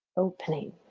opening.